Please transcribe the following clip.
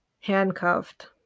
handcuffed